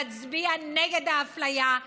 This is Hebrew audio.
להצביע נגד האפליה,